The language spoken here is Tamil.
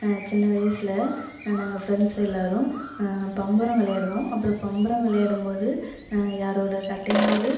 சின்ன வயசில் நாங்ள்க ஃப்ரெண்ட்ஸ் எல்லோரும் பம்பரம் விளையாடுவோம் அப்புறம் பம்பரம் விளையாடும் போது யாரோடய கட்டையாவது